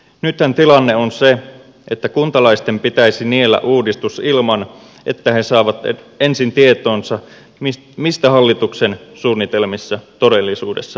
nythän tilanne on se että kuntalaisten pitäisi niellä uudistus ilman että he saavat ensin tietoonsa mistä hallituksen suunnitelmissa todellisuudessa on kyse